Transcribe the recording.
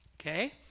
Okay